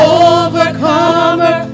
overcomer